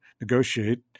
negotiate